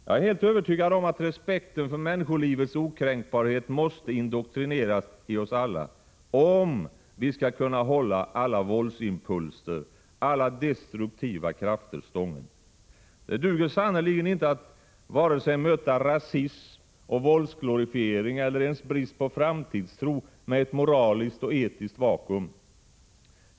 Jag är helt övertygad om att respekten för människolivets okränkbarhet måste indoktrineras i oss alla, om vi skall kunna hålla alla våldsimpulser, alla destruktiva krafter stången. Det duger sannerligen inte att möta vare sig rasism, våldsglorifiering eller ens brist på framtidstro med ett moraliskt och etiskt vakuum.